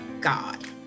God